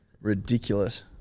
Ridiculous